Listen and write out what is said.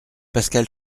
pascal